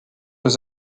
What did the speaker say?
was